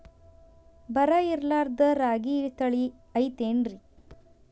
ಬರ ಇರಲಾರದ್ ರಾಗಿ ತಳಿ ಐತೇನ್ರಿ?